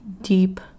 deep